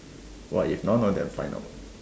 !wah! if none of them find out